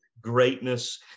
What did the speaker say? greatness